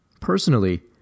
Personally